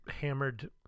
Hammered